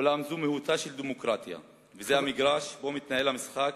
אולם זו מהותה של דמוקרטיה וזה המגרש שבו מתנהל המשחק,